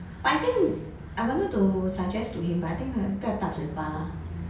but I think I wanted to suggest to him lah but I think like 不要大嘴巴 lah